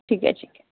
ठीक आहे ठीक आहे